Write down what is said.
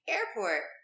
Airport